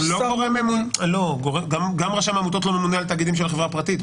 יש --- גם רשם העמותות לא ממונה על תאגידים של החברה הפרטית.